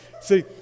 See